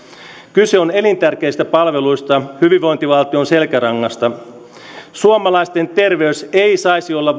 kyse on elintärkeistä palveluista hyvinvointivaltion selkärangasta suomalaisten terveys ei saisi olla